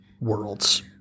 worlds